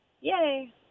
Yay